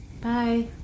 Bye